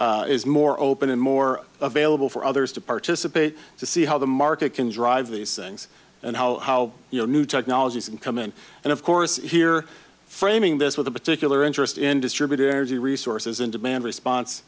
that is more open and more available for others to participate to see how the market can drive these things and how you know new technologies and come in and of course here framing this with a particular interest in distributed energy resources in demand response